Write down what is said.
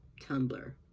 tumblr